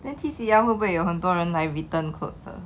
then T_C_L 会不会有很多人来 return clothes lah